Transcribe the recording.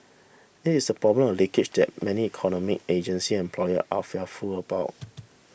it is the problem of 'leakage' that many economy agency and employer are very fearful about